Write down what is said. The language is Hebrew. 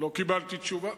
לא קיבלתי תשובה.